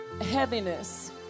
heaviness